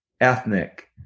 ethnic